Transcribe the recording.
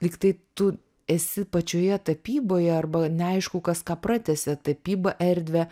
lygtai tu esi pačioje tapyboje arba neaišku kas ką pratęsė tapyba erdvę